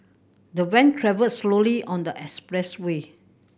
the van travelled slowly on the expressway